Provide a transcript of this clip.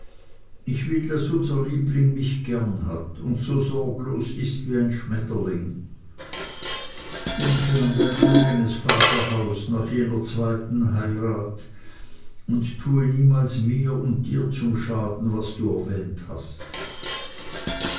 ich will daß unser liebling mich gern hat und so sorglos ist wie ein schmetterling denke an dein eignes vaterhaus nach jener zweiten heirat und tue niemals mir und dir zum schaden was du erwähnt hast